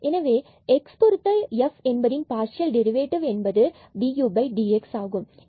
எனவே x பொருத்த f என்பதின் பார்சியல் டெரிவேட்டிவ் என்பது dudx